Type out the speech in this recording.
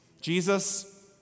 Jesus